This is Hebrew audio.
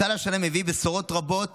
הסל השנה מביא בשורות רבות